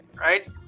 Right